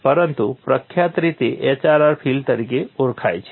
પરંતુ પ્રખ્યાત રીતે HRR ફીલ્ડ તરીકે ઓળખાય છે